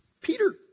Peter